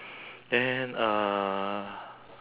then uh